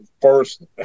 first